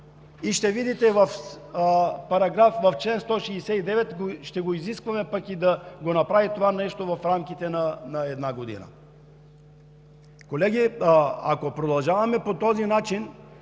И ще видите – в чл. 169 ще изискваме да се направи това нещо в рамките на една година! Колеги, ако продължаваме по този начин